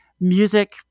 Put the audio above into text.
music